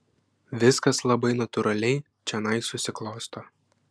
viskas labai natūraliai čionai susiklosto